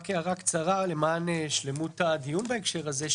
רק הערה קצרה למען שלמות הדיון בהקשר הזה.